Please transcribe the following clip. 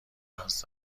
نیاز